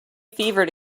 fevered